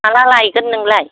माला लायगोन नोंलाय